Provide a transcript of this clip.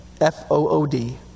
F-O-O-D